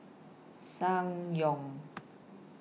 Ssangyong